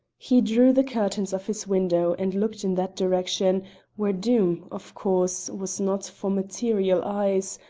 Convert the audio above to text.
he drew the curtains of his window and looked in that direction where doom, of course, was not for material eyes,